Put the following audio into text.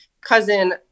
cousin